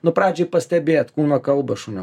nu pradžioj pastebėt kūno kalbą šunio